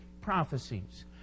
prophecies